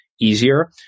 easier